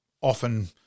often